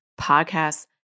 podcasts